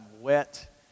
wet